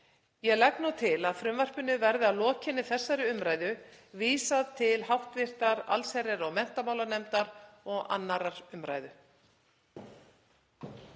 Ég legg til að frumvarpinu verði að lokinni þessari umræðu vísað til hv. allsherjar- og menntamálanefndar og 2. umræðu.